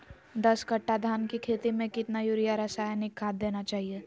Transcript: दस कट्टा धान की खेती में कितना यूरिया रासायनिक खाद देना चाहिए?